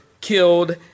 killed